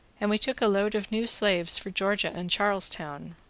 and we took a load of new slaves for georgia and charles town.